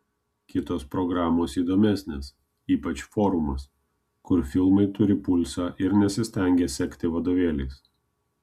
kitos programos įdomesnės ypač forumas kur filmai turi pulsą ir nesistengia sekti vadovėliais